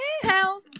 Tell